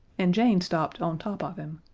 and jane stopped on top of him,